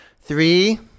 Three